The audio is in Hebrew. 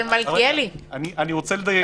אני רוצה לדייק.